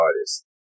artists